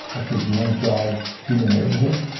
said, do you want to drive through the neighborhood?